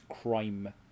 crime